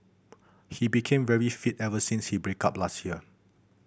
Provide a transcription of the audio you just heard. he became very fit ever since his break up last year